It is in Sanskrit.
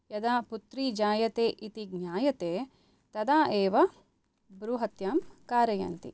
यदा पुत्री जायते इति ज्ञायते तदा एव भ्रूहत्यां कारयन्ति